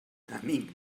amic